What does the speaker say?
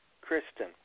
Kristen